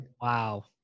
Wow